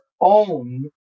own